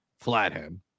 flathead